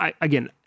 again